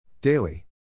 Daily